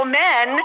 men